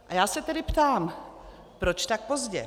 A já se tedy ptám: Proč tak pozdě?